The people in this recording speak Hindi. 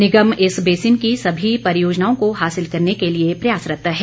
निगम इस बेसिन की सभी परियोजनाओं को हासिल करने के लिए प्रयासरत हैं